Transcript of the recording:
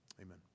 amen